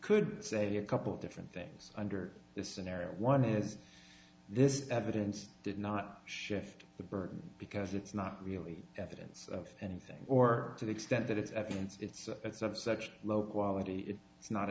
could say a couple of different things under this scenario one as this evidence did not shift the burden because it's not really evidence of anything or to the extent that it's evidence it's it's of such low quality i